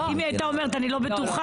אם היא הייתה אומרת 'אני לא בטוחה'.